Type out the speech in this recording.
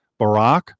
Barack